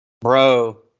Bro